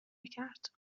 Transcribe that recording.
کرد